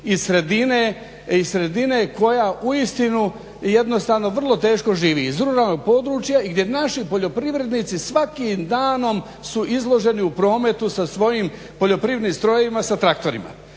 iz sredine koja uistinu jednostavno vrlo teško živi iz ruralnog područja i gdje naši poljoprivrednici svakim danom su izloženi u prometu sa svojim poljoprivrednim strojevima, sa traktorima,